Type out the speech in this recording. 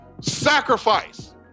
sacrifice